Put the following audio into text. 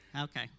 Okay